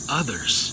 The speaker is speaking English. others